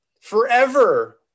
Forever